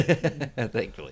Thankfully